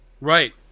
right